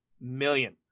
million